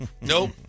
Nope